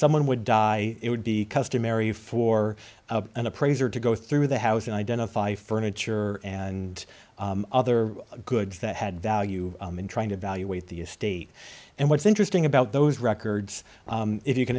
someone would die it would be customary for an appraiser to go through the house and identify furniture and other goods that had value in trying to evaluate the estate and what's interesting about those records if you can